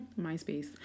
MySpace